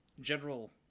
general